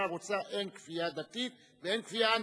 החברה רוצה, אין כפייה דתית ואין כפייה אנטי-דתית.